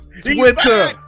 Twitter